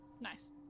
Nice